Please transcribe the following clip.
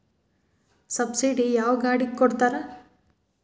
Subsidy ಯಾವ ಗಾಡಿಗೆ ಕೊಡ್ತಾರ?